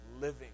living